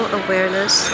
awareness